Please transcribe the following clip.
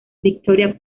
victoria